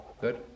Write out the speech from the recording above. Good